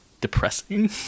depressing